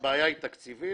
הבעיה היא תקציבית.